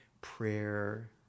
prayer